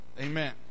amen